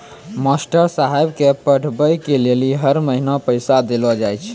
master साहेब के पढ़बै के लेली हर महीना पैसा देलो जाय छै